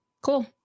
Cool